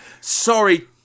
Sorry